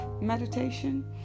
meditation